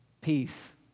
Peace